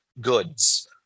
goods